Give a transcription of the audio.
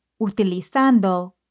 utilizando